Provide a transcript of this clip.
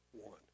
one